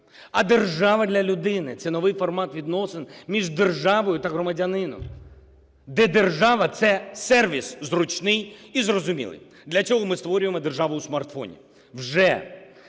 а держава для людини. Це новий формат відносин між державою та громадянином, де держава – це сервіс зручний і зрозумілий. Для цього ми створюємо "державу в смартфоні". Вже